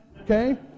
Okay